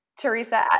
Teresa